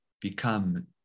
become